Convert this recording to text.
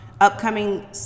upcoming